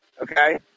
okay